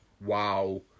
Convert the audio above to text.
Wow